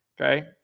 Okay